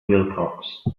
wilcox